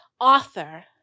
author